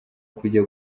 kujya